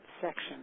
section